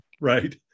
right